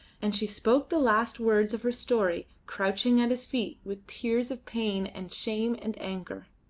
and she spoke the last words of her story crouching at his feet with tears of pain and shame and anger.